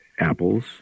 apples